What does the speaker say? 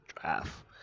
draft